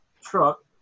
truck